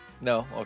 No